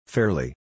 Fairly